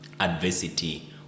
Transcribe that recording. adversity